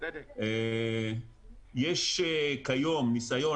יש כיום ניסיון